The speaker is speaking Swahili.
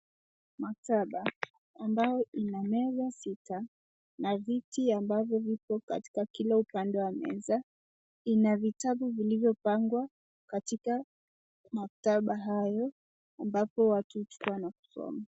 Maktaba ambayo inameza sita na viti ambavyo viko katika kila upande wa meza, inavitabu vilivyopagwa katika maktabo hayo ambayo watu huchukuwa na kusoma.